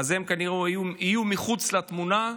אז הם כנראה יהיו מחוץ לתמונה.